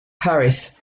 paris